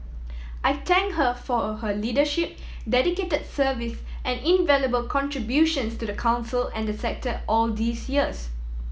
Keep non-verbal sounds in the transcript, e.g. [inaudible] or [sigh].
I thank her for [hesitation] her leadership dedicate service and invaluable contributions to the Council and the sector all these years